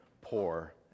poor